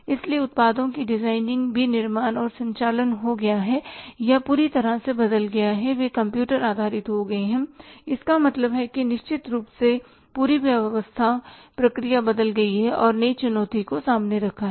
इसलिए उत्पादों की डिज़ाइनिंग विनिर्माण और संचालन हो गया है या पूरी तरह से बदल गया है वे कंप्यूटर आधारित हो गए हैं इसका मतलब है कि निश्चित रूप से पूरी व्यवसाय प्रक्रिया बदल गई है और नई चुनौती को सामने रखा है